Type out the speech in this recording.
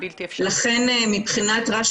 לכן מבחינת הרשות,